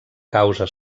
causa